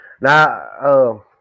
now